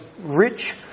rich